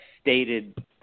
stated